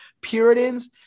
puritans